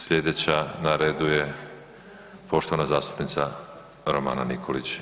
Sljedeća na redu je poštovana zastupnica Romana Nikolić.